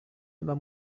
immer